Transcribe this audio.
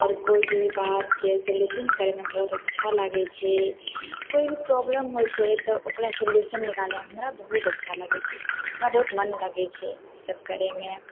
आओर कोइ भी बातके सॉल्यूशन करयमे बहुत अच्छा लागय छै कोइ भी प्रॉब्लम होइ छै तऽ ओकरा सॉल्यूशन निकालयमे हमरा बहुत अच्छा लगय छै हमरा बहुत मन लगय छै ईसब करयमे